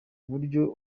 buryo